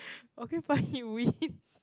okay funny win